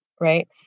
right